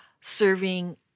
serving